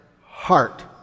heart